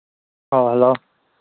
ꯑꯥ hello